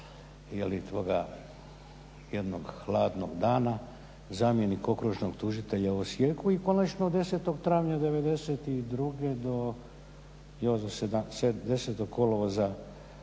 je li toga jednog hladnog dana zamjenik okružnog tužitelja u Osijeku. I konačno 10. travnja '92. do 10. kolovoza